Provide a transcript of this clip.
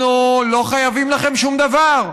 אנחנו לא חייבים לכם שום דבר.